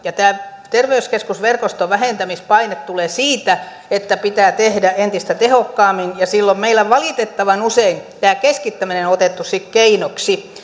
tämä terveyskeskusverkoston vähentämispaine tulee siitä että pitää tehdä entistä tehokkaammin ja silloin meillä valitettavan usein tämä keskittäminen on otettu keinoksi